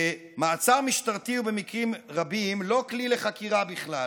שמעצר משטרתי הוא במקרים רבים לא כלי לחקירה בכלל